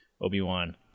obi-wan